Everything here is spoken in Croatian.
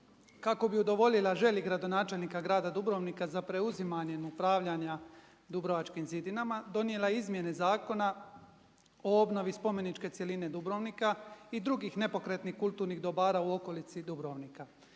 kako bi udovoljila želji gradonačelnika grada Dubrovnika za preuzimanje upravljanja Dubrovačkim zidinama donijela Izmjene zakona o obnovi spomeničke cjeline Dubrovnika i drugih nepokretnih kulturnih dobara u okolici Dubrovnika